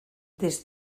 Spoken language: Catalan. des